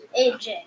AJ